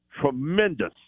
Tremendous